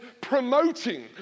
promoting